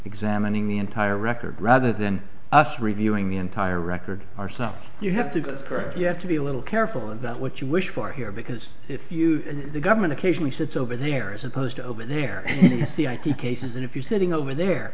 examining the entire record rather than us reviewing the entire record are something you have to correct you have to be a little careful about what you wish for here because if you and the government occasionally sits over there as opposed to over there the idea cases and if you're sitting over there